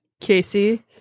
Casey